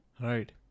Right